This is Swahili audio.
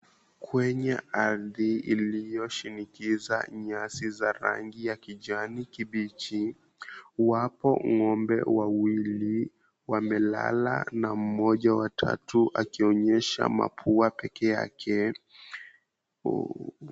Kwenye ardhi iliyoshinikiza nyasi za rangi ya kijani kibichi wapo ng'ombe wawili wamelala na mmoja wa tatu akionyesha mapua peke yake.